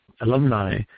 alumni